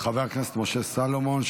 חבר הכנסת משה סולומון,